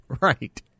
Right